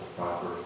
proper